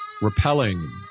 repelling